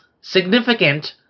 significant